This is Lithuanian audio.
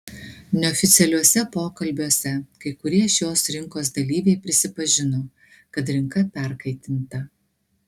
neoficialiuose pokalbiuose kai kurie šios rinkos dalyviai prisipažino kad rinka perkaitinta